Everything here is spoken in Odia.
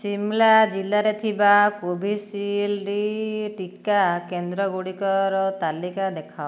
ଶିମ୍ଲା ଜିଲ୍ଲାରେ ଥିବା କୋଭିଶିଲ୍ଡ୍ ଟିକା କେନ୍ଦ୍ରଗୁଡ଼ିକର ତାଲିକା ଦେଖାଅ